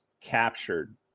captured